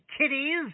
kitties